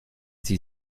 sie